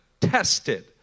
tested